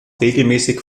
regelmäßig